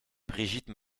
brigitte